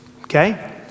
okay